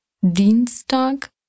Dienstag